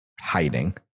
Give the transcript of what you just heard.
hiding